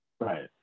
Right